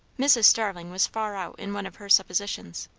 mrs. starling was far out in one of her suppositions.